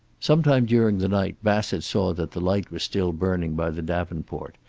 sometime during the night bassett saw that the light was still burning by the davenport,